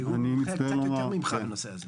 כי הוא מתמצא קצת יותר ממך בנושא הזה.